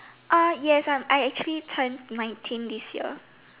uh yes I'm I actually turned nineteen this year